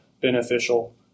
beneficial